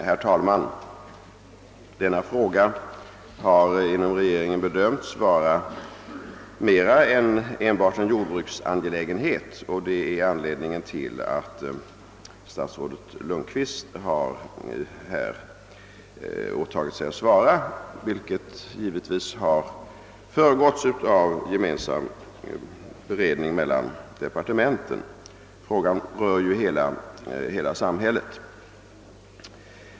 Herr talman! Denna fråga har inom regeringen bedömts vara mer än enbart en jordbruksangelägenhet, och det är anledningen till att statsrådet Lundkvist har åtagit sig att besvara den, men detta har givetvis föregåtts av en gemensam beredning mellan departementen. Frågan berör ju hela samhället.